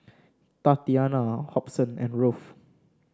Tatiana Hobson and Ruth